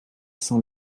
sans